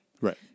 Right